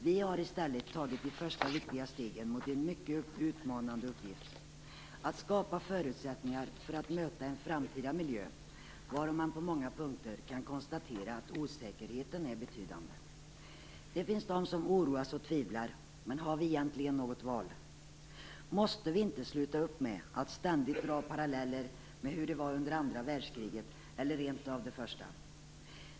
Vi har i stället valt att ta det första viktiga steget mot en mycket utmanande uppgift; att skapa förutsättningar för att möta en framtida miljö varom man på många punkter kan konstatera att osäkerheten är betydande. Det finns de som oroas och tvivlar, men har vi egentligen något val? Måste vi inte sluta att ständigt dra paralleller med hur det var under det andra världskriget eller rent av det första?